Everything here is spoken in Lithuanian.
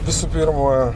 visų pirma